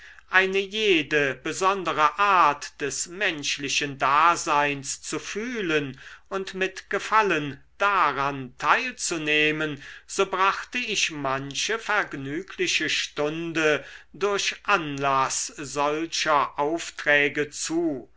eine jede besondere art des menschlichen daseins zu fühlen und mit gefallen daran teilzunehmen so brachte ich manche vergnügliche stunde durch anlaß solcher aufträge zu